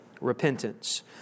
repentance